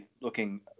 Looking